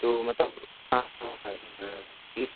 तो मतलब इस